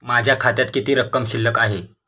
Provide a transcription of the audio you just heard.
माझ्या खात्यात किती रक्कम शिल्लक आहे?